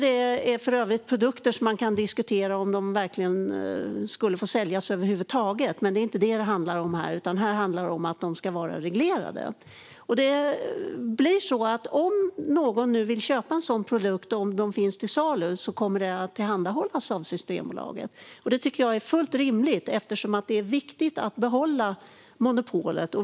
Det är för övrigt produkter som man kan diskutera om de ska få säljas över huvud taget. Men det är inte det som det handlar om här utan om att de ska vara reglerade. Nu blir det så att om någon vill köpa en sådan produkt, om den finns till salu, kommer den att tillhandahållas av Systembolaget. Jag tycker att detta är fullt rimligt eftersom det är viktigt att behålla monopolet.